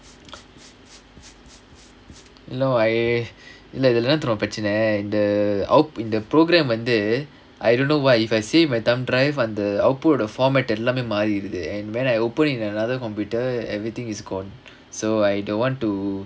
no I இல்ல இதுல என்ன தெரிமா பிரச்சன இந்த இந்த:illa ithula enna therimaa pirachana intha intha programme வந்து:vanthu I don't know what if I save my thumb drive under output the format எல்லாமே மாறிருது:ellaamae maariruthu and when I open in another computer everything is gone so I don't want to